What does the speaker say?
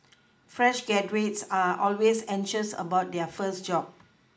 fresh graduates are always anxious about their first job